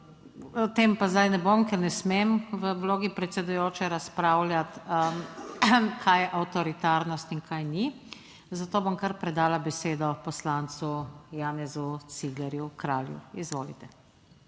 O tem pa zdaj ne bom, ker ne smem v vlogi predsedujoče razpravljati, kaj je avtoritarnost in kaj ni, zato bom kar predala besedo poslancu Janezu Ciglerju Kralju. Izvolite.